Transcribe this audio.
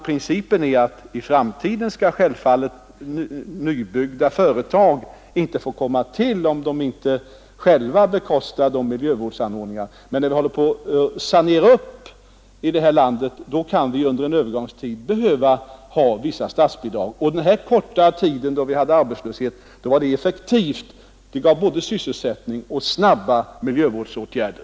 Principen är således att nybyggda företag i framtiden själva skall bekosta sina miljövårdsanordningar, men när vi håller på att sanera upp i det här landet kan det under en övergångstid behövas vissa statsbidrag. Under en kort tid då vi har arbetslöshet är ökade statsbidrag ett effektivt medel: det ger både sysselsättning och snabba miljövårdsåtgärder.